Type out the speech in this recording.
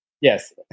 Yes